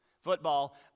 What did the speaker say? football